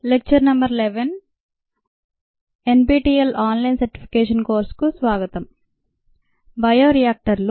lecture number 11 NPTEL online certification కోర్సుకు స్వాగతం bio రియాక్టర్లు